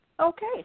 Okay